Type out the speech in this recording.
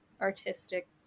artistic